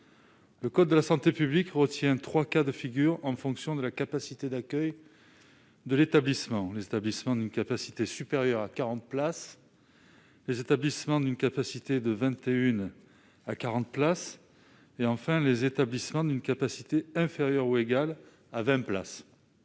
Ledit code retient trois cas de figure en fonction de la capacité d'accueil de l'établissement : les établissements d'une capacité supérieure à 40 places ; les établissements d'une capacité de 21 à 40 places ; enfin, les établissements d'une capacité inférieure ou égale à 20 places.